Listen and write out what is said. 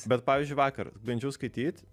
bet pavyzdžiui vakar bandžiau skaityt